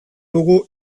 dugu